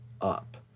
up